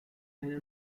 eine